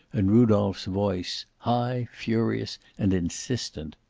and rudolph's voice, high, furious, and insistent.